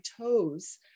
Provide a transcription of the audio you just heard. toes